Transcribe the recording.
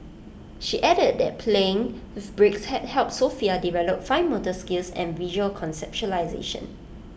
she added that playing with bricks had helped Sofia develop fine motor skills and visual conceptualisation